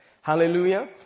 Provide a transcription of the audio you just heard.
Hallelujah